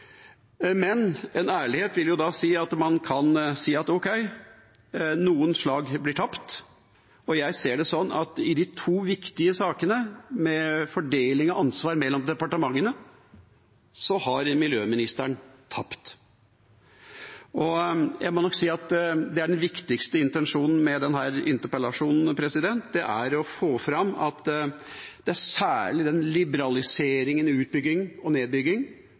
jeg ser det sånn at i de to viktige sakene, med fordeling av ansvar mellom departementene, har miljøministeren tapt. Jeg må nok si at den viktigste intensjonen med denne interpellasjonen er å få fram særlig den liberaliseringen i utbygging og nedbygging